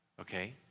Okay